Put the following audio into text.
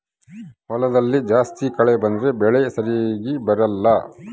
ಹೊಲದಲ್ಲಿ ಜಾಸ್ತಿ ಕಳೆ ಬಂದ್ರೆ ಬೆಳೆ ಸರಿಗ ಬರಲ್ಲ